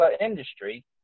industry